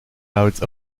out